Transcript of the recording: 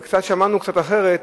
ושמענו קצת אחרת,